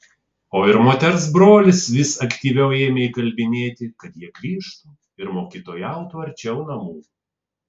o ir moters brolis vis aktyviau ėmė įkalbinėti kad jie grįžtų ir mokytojautų arčiau namų